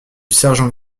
sergent